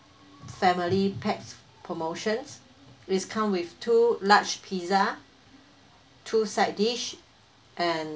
family packs promotions which come with two large pizza two side dish and